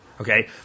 Okay